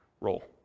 role